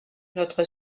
notre